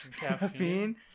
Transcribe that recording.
Caffeine